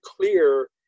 clear